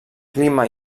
clima